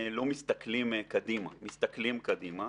לא מסתכלים קדימה מסתכלים קדימה.